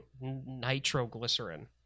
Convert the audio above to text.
nitroglycerin